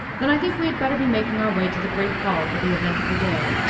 then i think we had better be making our way to the great hall for the event of the day.